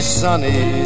sunny